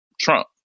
Trump